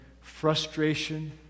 frustration